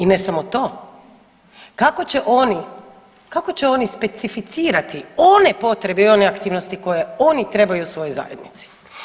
I ne samo to, kako će oni, kako će oni specificirati one potrebe i one aktivnosti koje oni trebaju u svojoj zajednici?